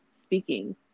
speaking